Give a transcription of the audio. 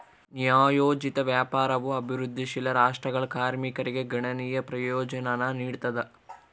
ನ್ಯಾಯೋಚಿತ ವ್ಯಾಪಾರವು ಅಭಿವೃದ್ಧಿಶೀಲ ರಾಷ್ಟ್ರಗಳ ಕಾರ್ಮಿಕರಿಗೆ ಗಣನೀಯ ಪ್ರಯೋಜನಾನ ನೀಡ್ತದ